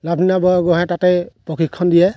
লাভলীনা বৰগোহাঁয়ে তাতেই প্ৰশিক্ষণ দিয়ে